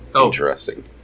Interesting